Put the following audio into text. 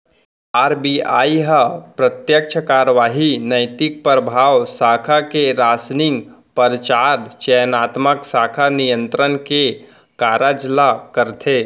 RBI ह प्रत्यक्छ कारवाही, नैतिक परभाव, साख के रासनिंग, परचार, चयनात्मक साख नियंत्रन के कारज ल करथे